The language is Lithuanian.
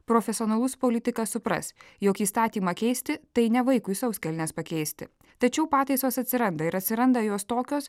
profesionalus politikas supras jog įstatymą keisti tai ne vaikui sauskelnes pakeisti tačiau pataisos atsiranda ir atsiranda jos tokios